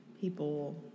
people